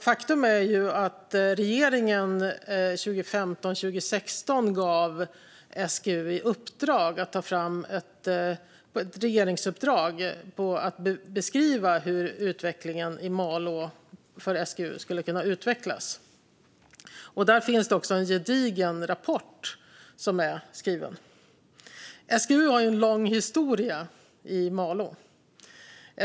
Faktum är att regeringen 2015, 2016 gav SGU i uppdrag att beskriva hur verksamheten i SGU i Malå skulle kunna utvecklas. Det har också skrivits en gedigen rapport om det. SGU har en lång historia i Malå.